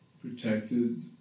protected